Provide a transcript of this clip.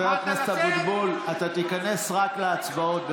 חבר הכנסת אבוטבול, אתה תיכנס רק להצבעות.